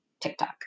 TikTok